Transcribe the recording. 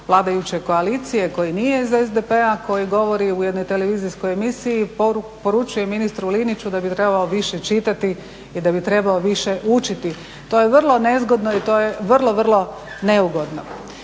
vladajuće koalicije koji nije za SDP a koji govori u jednoj televizijskoj emisiji, poručuje ministru Liniću da bi trebao više čitati i da bi trebao više učiti. To je vrlo nezgodno i to je vrlo, vrlo neugodno.